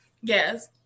Yes